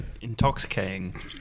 intoxicating